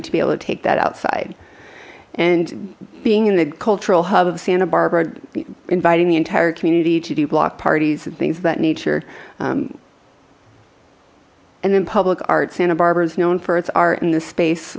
g to be able to take that outside and being in the cultural hub of santa barbara inviting the entire community to do block parties and things of that nature and then public art santa barbara's known for its art in the space